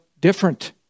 different